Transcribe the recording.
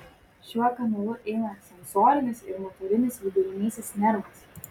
šiuo kanalu eina sensorinis ir motorinis vidurinysis nervas